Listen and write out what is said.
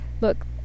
look